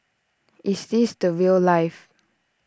is this the rail life